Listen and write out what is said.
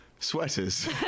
sweaters